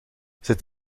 zit